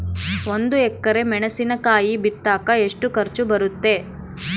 ಒಂದು ಎಕರೆ ಮೆಣಸಿನಕಾಯಿ ಬಿತ್ತಾಕ ಎಷ್ಟು ಖರ್ಚು ಬರುತ್ತೆ?